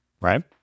right